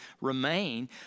remain